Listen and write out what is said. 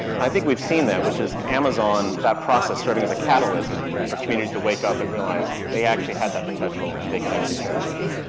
i think we've seen that, which is amazon, that process starting as a catalyst for communities to wake up and realize they actually had that potential, and they could actually start doing it.